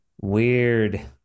Weird